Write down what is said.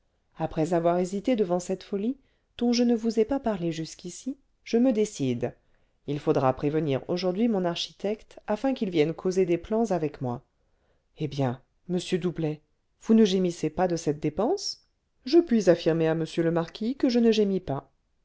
après avoir hésité devant cette folie dont je ne vous ai pas parlé jusqu'ici je me décide il faudra prévenir aujourd'hui mon architecte afin qu'il vienne causer des plans avec moi eh bien monsieur doublet vous ne gémissez pas de cette dépense je puis affirmer à monsieur le marquis que je ne gémis pas